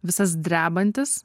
visas drebantis